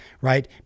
right